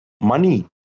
Money